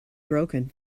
broken